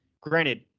granted